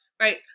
Right